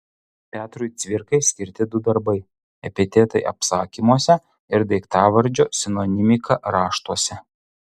petrui cvirkai skirti du darbai epitetai apsakymuose ir daiktavardžio sinonimika raštuose